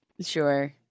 Sure